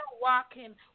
walking